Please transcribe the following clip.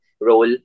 role